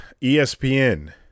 ESPN